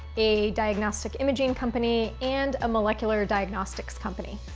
a diagnostic imaging company, and a molecular diagnostics company.